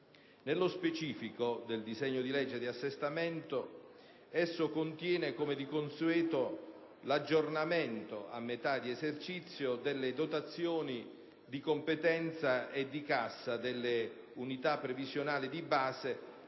Nello specifico, il disegno di legge di assestamento al nostro esame contiene, come di consueto, l'aggiornamento, a metà esercizio, delle dotazioni di competenza e di cassa delle unità previsionali di base